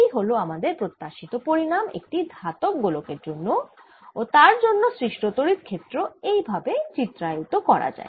এই হল আমাদের প্রত্যাশিত পরিণাম একটি ধাতব গোলকের জন্য ও তার জন্য সৃষ্ট তড়িৎ ক্ষেত্র এই ভাবে চিত্রায়িত করা যায়